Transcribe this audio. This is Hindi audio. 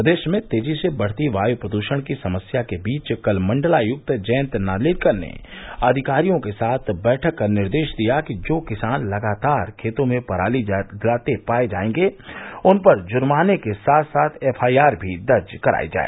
प्रदेश में तेजी से बढ़ती वायु प्रदूषण की समस्या के बीच कल मण्डलायुक्त जयन्त नार्लिकर ने अधिकारियों के साथ बैठक कर निर्देश दिया कि जो किसान लगातार खेतों में पराली जलाते पाए जाए उन पर जुर्माने के साथ साथ एफ आई आर भी दर्ज करायी जाए